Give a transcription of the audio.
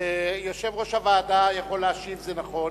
יושב-ראש הוועדה יכול להשיב, זה נכון,